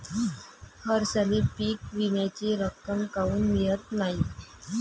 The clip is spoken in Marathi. हरसाली पीक विम्याची रक्कम काऊन मियत नाई?